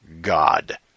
God